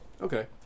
Okay